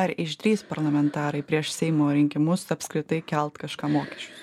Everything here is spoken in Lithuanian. ar išdrįs parlamentarai prieš seimo rinkimus apskritai kelt kažkam mokesčius